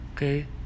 Okay